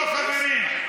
לא, חברים.